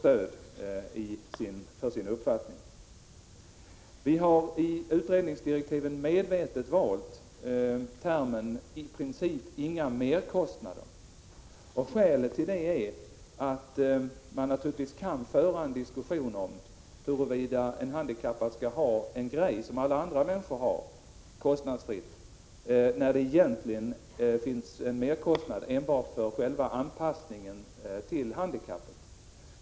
9 februari 1987 Vi har i utredningsdirektiven medvetet valt uttrycket ”i princip inga merkostnader”. Skälet till detta är att man naturligtvis kan föra en diskussion om huruvida en handikappad kostnadsfritt skall ha en sak som alla andra människor har, när det egentligen finns en merkostnad enbart för själva anpassningen till handikappet.